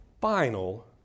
final